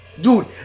Dude